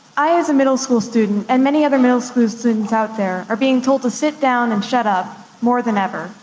i, as a middle school student, and many other middle school students out there are being told to sit down and shut up more than ever.